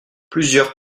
plusieurs